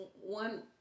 one